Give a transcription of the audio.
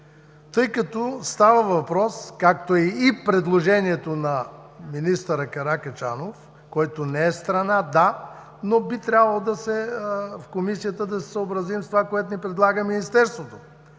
тъй като става въпрос, както е и предложението на министър Каракачанов, който не е страна – да, но би трябвало в Комисията да се съобразим с това, което ни предлага Министерството.